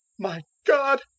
my god,